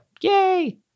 yay